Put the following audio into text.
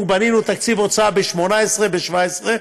הם אמרו: בנינו תקציב הוצאה ב-2018, ב-2017,